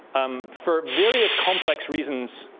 um for various, complex reasons,